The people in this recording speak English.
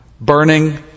burning